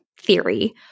theory